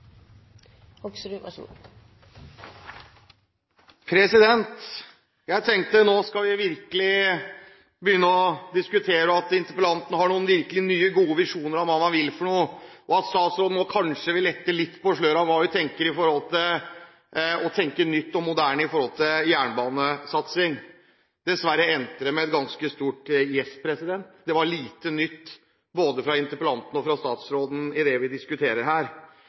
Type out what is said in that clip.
reorganiserer Jernbaneverket, så løser alt seg. Det er en for enkel løsning. Jeg tenkte at nå skal vi virkelig begynne å diskutere, at interpellanten virkelig vil ha noen nye, gode visjoner om hva man vil, og at statsråden kanskje vil lette litt på sløret med hensyn til hva hun tenker om det å tenke nytt og moderne om jernbanesatsing. Dessverre endte det med et ganske stort gjesp. Det er lite nytt både fra interpellanten og fra statsråden i det vi diskuterer her.